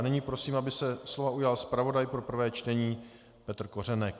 Nyní prosím, aby se slova ujal zpravodaj pro prvé čtení Petr Kořenek.